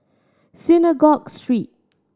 Synagogue Street